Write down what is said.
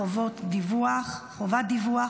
חובת דיווח),